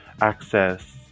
access